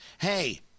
Hey